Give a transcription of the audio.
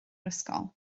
ysgol